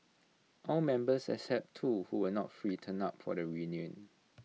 all members except two who were not free turned up for the reunion